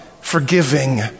forgiving